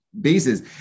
bases